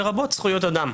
לרבות זכויות אדם.